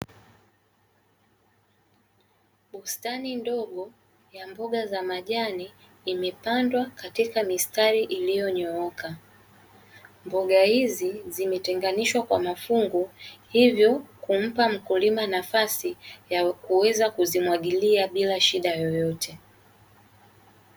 Bustani ndogo ya mboga za majani imepandwa katika mistari iliyonyooka, mboga hizi zimetenganishwa kwa mafungu hivyo kumpa mkulima nafasi ya kuweza kuzimwagilia bila shida yoyote.